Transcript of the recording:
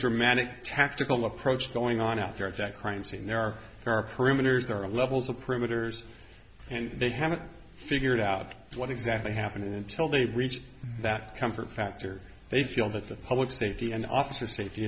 dramatic tactical approach going on out there at that crime scene there are car perimeters there are levels of perimeters and they haven't figured out what exactly happened until they reach that comfort factor they feel that the public safety and officer safety